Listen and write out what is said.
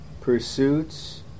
pursuits